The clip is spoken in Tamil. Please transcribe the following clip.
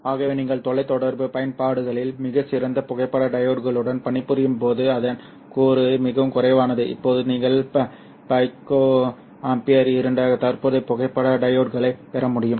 ஆகவே நீங்கள் தொலைத் தொடர்பு பயன்பாடுகளில் மிகச் சிறந்த புகைப்பட டையோட்களுடன் பணிபுரியும் போது அதன் கூறு மிகவும் குறைவானது இப்போது நீங்கள் பைக்கோ ஆம்பியர் இருண்ட தற்போதைய புகைப்பட டையோட்களைப் பெற முடியும்